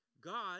God